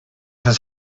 has